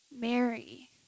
Mary